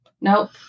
Nope